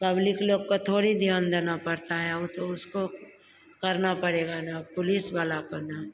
public लोग को थोड़ी ध्यान देना पड़ता है ऊ तो उसको करना पड़ेगा न पुलिस वाला काे न